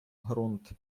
грунт